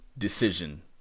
decision